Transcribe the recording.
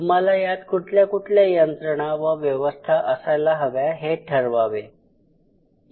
तुम्हाला यात कुठल्या कुठल्या यंत्रणा व व्यवस्था असायला हव्या हे ठरवावे